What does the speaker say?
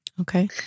Okay